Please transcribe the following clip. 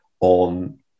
on